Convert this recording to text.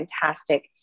fantastic